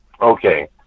Okay